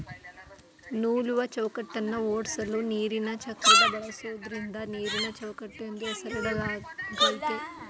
ನೂಲುವಚೌಕಟ್ಟನ್ನ ಓಡ್ಸಲು ನೀರಿನಚಕ್ರನ ಬಳಸೋದ್ರಿಂದ ನೀರಿನಚೌಕಟ್ಟು ಎಂದು ಹೆಸರಿಡಲಾಗಯ್ತೆ